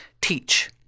teach